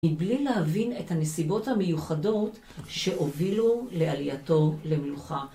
מבלי להבין את הנסיבות המיוחדות שהובילו לעלייתו למלוכה.